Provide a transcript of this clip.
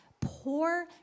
poor